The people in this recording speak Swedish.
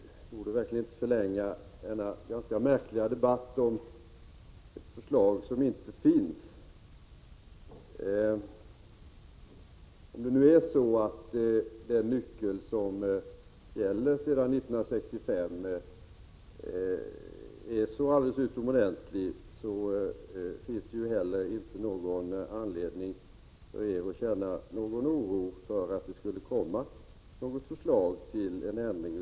Fru talman! Jag borde verkligen inte förlänga denna ganska märkliga debatt om ett förslag som inte finns. Om det nu är så att den fördelningsnyckel som gäller sedan 1965 är så utomordentlig, finns det ju inte heller någon anledning för er att känna oro för att det skulle komma något förslag till ändring.